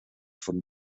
von